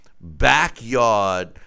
backyard